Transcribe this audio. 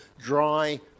dry